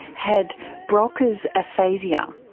had broca's aphasia,